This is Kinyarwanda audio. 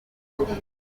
kabuga